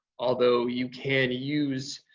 although you can use,